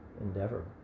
endeavor